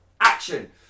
Action